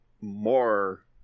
more